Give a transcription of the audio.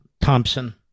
Thompson